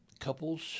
Couples